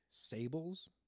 Sables